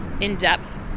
in-depth